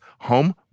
home